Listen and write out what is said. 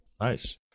Nice